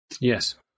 Yes